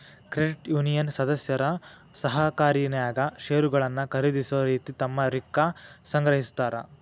credit union ಸದಸ್ಯರು ಸಹಕಾರಿನ್ಯಾಗ್ ಷೇರುಗಳನ್ನ ಖರೇದಿಸೊ ರೇತಿ ತಮ್ಮ ರಿಕ್ಕಾ ಸಂಗ್ರಹಿಸ್ತಾರ್